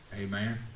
Amen